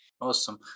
Awesome